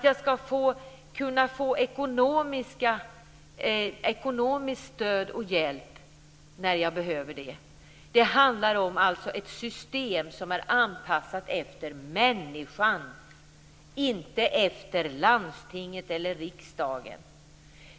Jag ska kunna få ekonomiskt stöd och hjälp när jag behöver det. Det handlar om ett system som är anpassat efter människan, inte efter landstinget eller riksdagen.